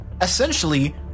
Essentially